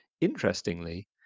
Interestingly